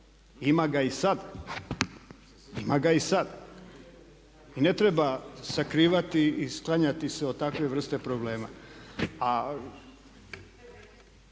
ima ga i sada. Ima ga i sada. I ne treba sakrivati i sklanjati se od takve vrste problema.